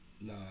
no